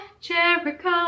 Jericho